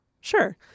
sure